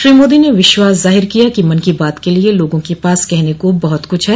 श्री मोदी ने विश्वास जाहिर किया है ँ कि मन की बात के लिए लोगों के पास कहने को बहुत कुछ है